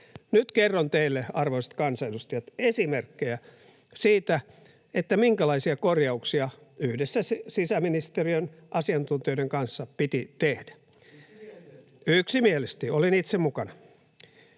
Nyt kerron teille, arvoisat kansanedustajat, esimerkkejä siitä, minkälaisia korjauksia yhdessä sisäministeriön asiantuntijoiden kanssa piti tehdä. [Aki Lindén: